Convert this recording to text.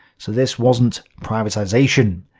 so this wasn't privatization.